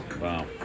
Wow